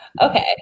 Okay